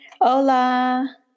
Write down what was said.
Hola